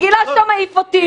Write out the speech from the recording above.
אני רגילה שאתה מעיף אותי.